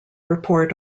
report